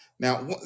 Now